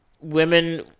Women